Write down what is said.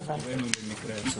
הבאנו למקרה הצורך.